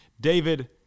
David